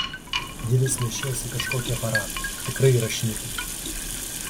ji vis nešiojasi kažkokį aparatą tikrai yra šnipė